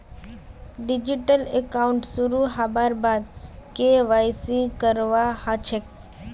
digital account शुरू हबार बाद के.वाई.सी करवा ह छेक